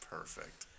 Perfect